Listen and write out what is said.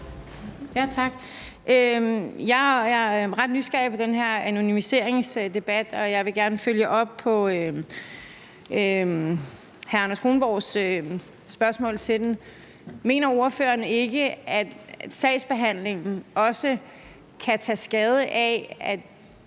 Jeg er ret nysgerrig på den her anonymiseringsdebat, og jeg vil gerne følge op på hr. Anders Kronborgs spørgsmål til den. Mener ordføreren ikke, at sagsbehandlingen også kan tage skade af, at